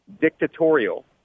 dictatorial